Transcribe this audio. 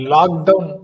Lockdown